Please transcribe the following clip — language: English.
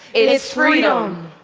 it's freedom.